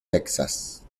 texas